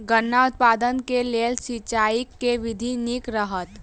गन्ना उत्पादन केँ लेल सिंचाईक केँ विधि नीक रहत?